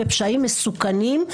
ופשעים מסוכנים.